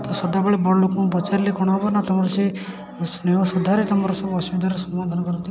ତ ସଦାବେଳେ ବଡ଼ଲୋକଙ୍କୁ ପଚାରିଲେ କ'ଣ ହେବ ନା ତୁମର ସେ ସ୍ନେହ ଶ୍ରଦ୍ଧାରେ ତୁମର ସବୁ ଅସୁବିଧାର ସମାଧାନ କରନ୍ତି